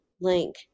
link